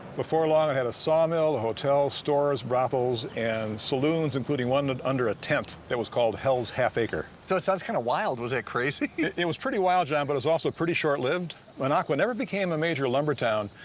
before long it had a sawmill, a hotel, stores, brothels and saloons including one that under a tent was called hell's half acre. so it sounds kind of wild. was it crazy? it it was pretty wild john but it was also pretty short lived. minocqua never became a major lumber town.